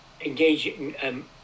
engaging